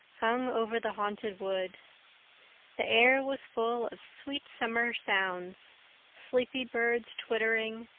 hung over the haunted wood the air was full of sweet summer sounds sleepy birds twittering,